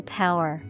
power